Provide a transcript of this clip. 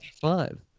five